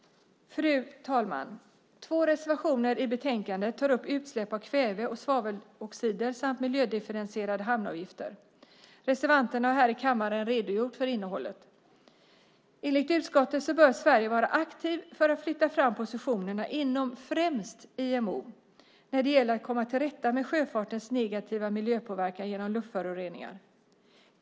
Fru talman! Två reservationer i betänkandet tar upp utsläpp av kväve och svaveloxider samt miljödifferentierade hamnavgifter. Reservanterna har här i kammaren redogjort för innehållet. Enligt utskottet bör Sverige vara aktivt för att flytta fram positionerna inom främst IMO när det gäller att komma till rätta med sjöfartens negativa miljöpåverkan genom luftföroreningar.